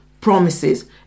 promises